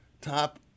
Top